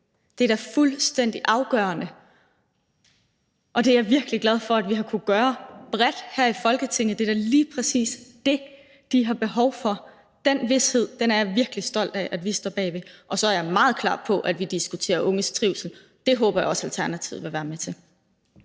i, er da fuldstændig afgørende. Og det er jeg virkelig glad for at vi har kunnet gøre bredt her i Folketinget. Det er da lige præcis det, de har behov for. Den vished er jeg virkelig stolt af vi står bag. Og så er jeg meget klar på, at vi diskuterer unges trivsel. Det håber jeg også Alternativet vil være med til.